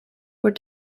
were